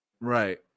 Right